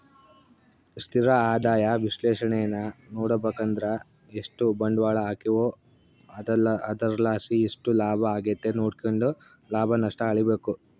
ಸ್ಥಿರ ಆದಾಯ ವಿಶ್ಲೇಷಣೇನಾ ನೋಡುಬಕಂದ್ರ ಎಷ್ಟು ಬಂಡ್ವಾಳ ಹಾಕೀವೋ ಅದರ್ಲಾಸಿ ಎಷ್ಟು ಲಾಭ ಆಗೆತೆ ನೋಡ್ಕೆಂಡು ಲಾಭ ನಷ್ಟ ಅಳಿಬಕು